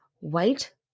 White